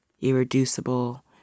irreducible